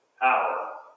power